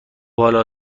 حالا